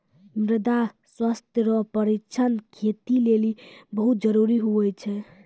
मृदा स्वास्थ्य रो परीक्षण खेती लेली बहुत जरूरी हुवै छै